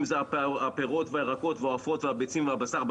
אם זה הפירות והירקות והעופות והביצים והבשר,